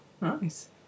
nice